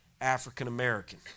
African-American